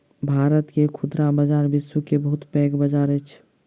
भारत के खुदरा बजार विश्व के बहुत पैघ बजार अछि